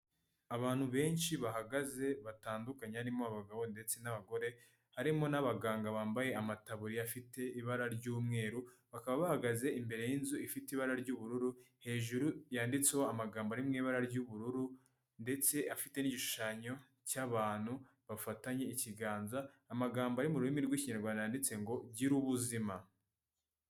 Abantu benshi bahagaze batandukanye harimo abagabo ndetse n'abagore harimo n'abaganga bambaye amataburiya afite ibara ry'umweru bakaba bahagaze imbere y'inzu ifite ibara ry'ubururu hejuru yanditseho amagambo ari mw’ibara ry'ubururu ndetse afite n'igishushanyo cy'abantu bafatanye ikiganza amagambo ari mu rurimi rw'ikinyarwanda yanditse ngo gira ubuzima.